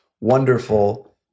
wonderful